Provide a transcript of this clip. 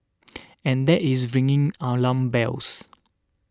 and that is ringing alarm bells